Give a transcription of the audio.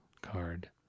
card